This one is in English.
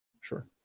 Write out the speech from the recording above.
Sure